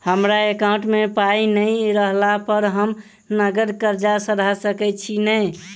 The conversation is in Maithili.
हमरा एकाउंट मे पाई नै रहला पर हम नगद कर्जा सधा सकैत छी नै?